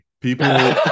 people